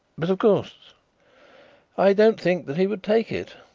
but, of course i don't think that he would take it,